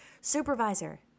supervisor